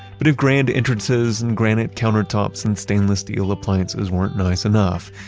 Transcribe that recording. but if grand entrances and granite countertops and stainless steel appliances weren't nice enough,